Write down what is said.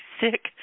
sick